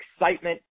excitement